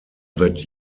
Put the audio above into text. that